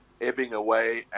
Ebbing-Away